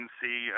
see